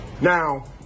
now